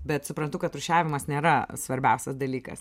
bet suprantu kad rūšiavimas nėra svarbiausias dalykas